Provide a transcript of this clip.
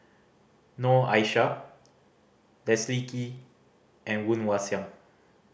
Noor Aishah Leslie Kee and Woon Wah Siang